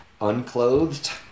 unclothed